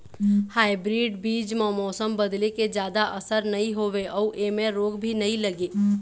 hybrid बीज म मौसम बदले के जादा असर नई होवे अऊ ऐमें रोग भी नई लगे